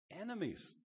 enemies